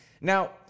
Now